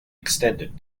extended